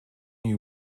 you